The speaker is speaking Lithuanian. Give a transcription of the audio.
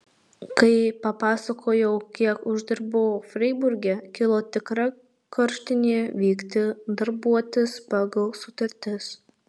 kai papasakojau kiek uždirbau freiburge kilo tikra karštinė vykti darbuotis pagal sutartis